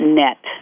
net